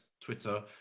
Twitter